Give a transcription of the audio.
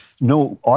no